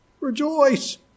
Rejoice